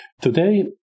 Today